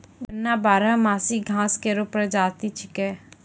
गन्ना बारहमासी घास केरो प्रजाति छिकै